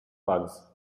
bugs